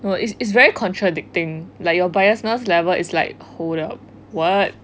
no it's it's very contradicting like you biasness level is like hold up [what]